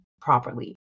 properly